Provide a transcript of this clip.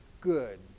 good